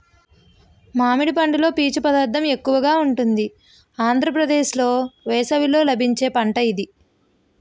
మామిడి పండులో పీచు పదార్థం ఎక్కువగా ఉంటుంది ఆంధ్రప్రదేశ్లో వేసవిలో లభించే పంట ఇది